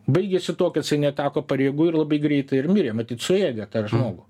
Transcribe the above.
baigėsi tuo kad jisai neteko pareigų ir labai greitai ir mirė matyt suėdė tą žmogų